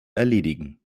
erledigen